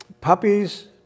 puppies